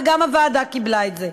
וגם הוועדה קיבלה את זה.